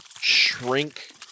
shrink